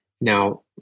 Now